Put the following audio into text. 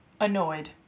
annoyed